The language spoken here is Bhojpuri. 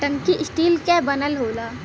टंकी स्टील क बनल होला